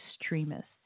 extremists